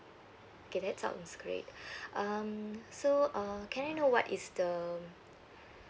okay that sounds great um so uh can I know what is the